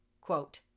quote